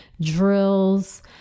drills